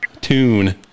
tune